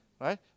right